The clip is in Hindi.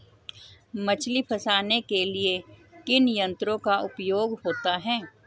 मछली फंसाने के लिए किन यंत्रों का उपयोग होता है?